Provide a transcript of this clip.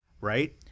right